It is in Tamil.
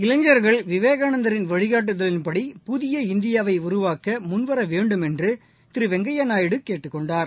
இளைஞர்கள் விவேகானந்தரின் வழிகாட்டுதலின்படி புதிய இந்தியாவை உருவாக்க முன்வர வேண்டுமென்று திரு வெங்கையா நாயுடு கேட்டுக் கொண்டார்